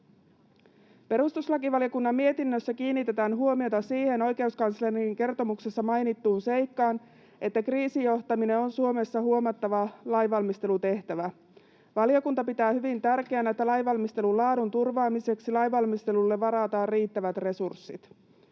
Perustuslakivaliokunnan mietinnössä kiinnitetään huomiota siihen oikeuskanslerin kertomuksessa mainittuun seikkaan, että kriisijohtaminen on Suomessa huomattava lainvalmistelutehtävä. Valiokunta pitää hyvin tärkeänä, että lainvalmistelun laadun turvaamiseksi lainvalmistelulle varataan riittävät resurssit.